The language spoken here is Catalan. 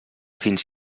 fins